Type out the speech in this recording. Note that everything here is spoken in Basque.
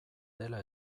dela